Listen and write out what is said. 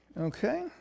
Okay